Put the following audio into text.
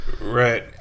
Right